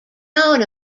known